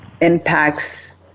impacts